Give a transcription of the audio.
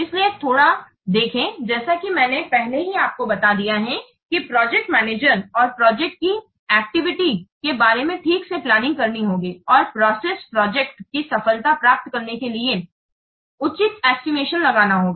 इसलिए थोड़ा देखें जैसा कि मैंने पहले ही आपको बता दिया है कि प्रोजेक्ट मैनेजर को प्रोजेक्ट की एक्टिविटी के बारे में ठीक से प्लानिंग करनी होगी और प्रोसेस प्रोजेक्ट की सफलता प्राप्त करने के लिए उचित एस्टिमेशन लगाना होगा